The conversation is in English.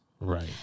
Right